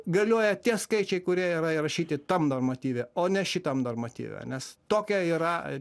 galioja tie skaičiai kurie yra įrašyti tam normatyve o ne šitam normatyve nes tokia yra